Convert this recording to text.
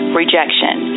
rejection